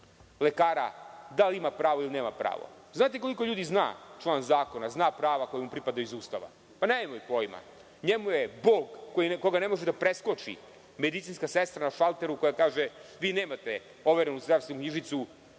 lekara da li imaju pravo ili nemaju pravo? Znate koliko malo ljudi zna član zakona, prava koja mu pripadaju iz Ustava. Ljudi nemaju pojma. Njemu je Bog, koga ne može da preskoči, medicinska sestra na šalteru, koja kaže – vi nemate overenu zdravstvenu knjižicu.